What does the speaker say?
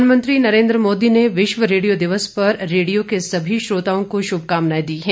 प्रधानमंत्री नरेन्द्र मोदी ने विश्व रेडियो दिवस पर रेडियों के सभी श्रोताओं को शुभकामनाएं दी हैं